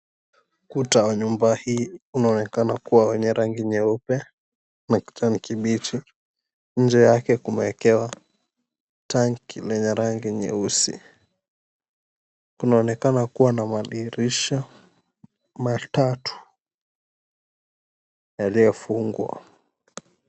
Kuta wa nyumba hii unaonekana kuwa wenye rangi nyeupe na kijani kibichi, nje yake kumeekewa tanki lenye rangi nyeusi. Kunaonekana kuwa na madirisha matatu yaliyofungwa.